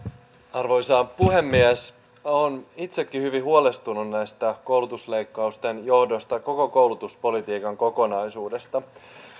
arvoisa puhemies minä olen itsekin hyvin huolestunut näiden koulutusleikkausten johdosta koko koulutuspolitiikan kokonaisuudesta